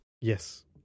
Yes